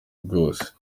bwose